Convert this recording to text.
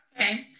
Okay